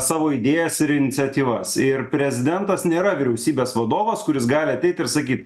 savo idėjas ir iniciatyvas ir prezidentas nėra vyriausybės vadovas kuris gali ateit ir sakyt